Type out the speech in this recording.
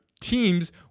team's